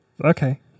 Okay